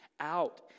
out